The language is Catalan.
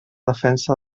defensa